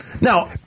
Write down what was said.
Now